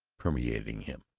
permeating him.